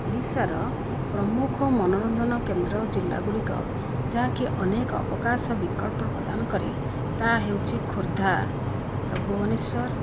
ଓଡ଼ିଶାର ପ୍ରମୁଖ ମନୋରଞ୍ଜନ କେନ୍ଦ୍ର ଜିଲ୍ଲା ଗୁଡ଼ିକ ଯାହାକି ଅନେକ ଅବକାଶ ବିକଳ୍ପ ପ୍ରଦାନ କରେ ତାହା ହେଉଛି ଖୋର୍ଦ୍ଧାର ଭୁବନେଶ୍ଵର